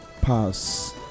pass